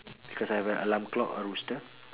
because I have an alarm clock a rooster